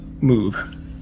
move